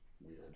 Weird